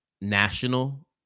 national